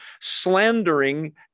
slandering